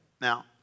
Now